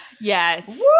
Yes